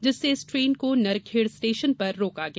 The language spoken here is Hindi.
जिससे इस ट्रेन को नरखेड़ स्टेशन पर रोका गया